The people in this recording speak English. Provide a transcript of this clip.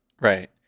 right